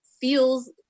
feels